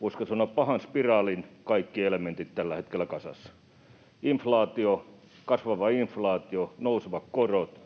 voisiko sanoa pahan spiraalin kaikki elementit tällä hetkellä kasassa: kasvava inflaatio, nousevat korot,